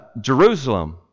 Jerusalem